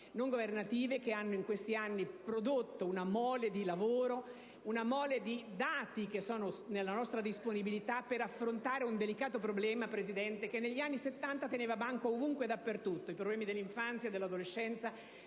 non governative che in questi anni hanno prodotto una mole di lavoro, una mole di dati che sono nella nostra disponibilità, per affrontare un delicato problema, Presidente, che negli anni '70 teneva banco ovunque e dappertutto. I problemi dell'infanzia e dell'adolescenza